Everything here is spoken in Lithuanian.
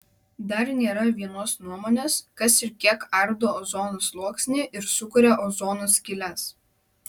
dar nėra vienos nuomonės kas ir kiek ardo ozono sluoksnį ir sukuria ozono skyles